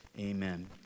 amen